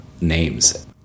names